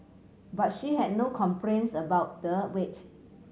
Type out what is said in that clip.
but she had no complaints about the wait